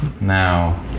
Now